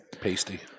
pasty